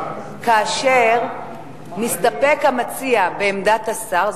כאשר מסתפק המציע בעמדת השר,